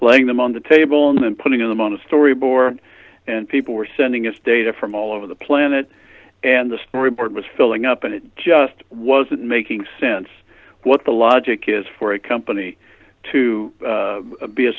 letting them on the table and then putting them on the story board and people were sending us data from all over the planet and the story board was filling up and it just wasn't making sense what the logic is for a company to be a